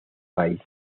país